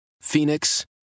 Phoenix